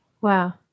Wow